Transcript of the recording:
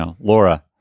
Laura